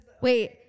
Wait